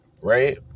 right